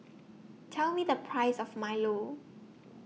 Tell Me The Price of Milo